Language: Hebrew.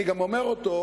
אני גם אומר אותו,